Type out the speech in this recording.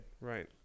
Right